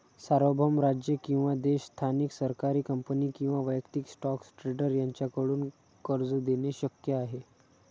सार्वभौम राज्य किंवा देश स्थानिक सरकारी कंपनी किंवा वैयक्तिक स्टॉक ट्रेडर यांच्याकडून कर्ज देणे शक्य आहे